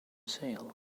sale